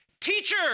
Teacher